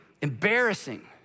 embarrassing